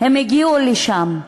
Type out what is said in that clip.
הגיעו לשם.